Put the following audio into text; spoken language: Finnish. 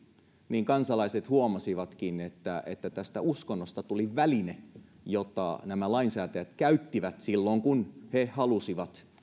niin kansalaiset huomasivatkin että että tästä uskonnosta tuli väline jota nämä lainsäätäjät käyttivät silloin kun he halusivat